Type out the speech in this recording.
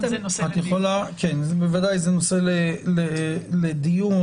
בוודאי זה נושא לדיון.